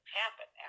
happen